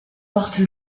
porte